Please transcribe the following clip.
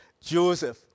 joseph